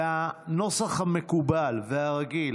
והנוסח המקובל והרגיל,